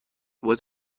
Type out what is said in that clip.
was